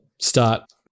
start